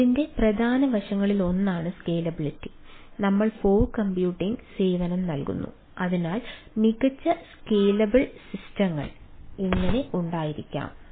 cloud എങ്ങനെ ഉണ്ടായിരിക്കാം